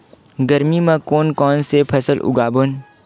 गरमी मा कोन कौन से फसल उगाबोन?